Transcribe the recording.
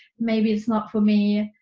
maybe it's not for me.